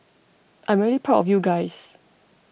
I'm really proud of you guys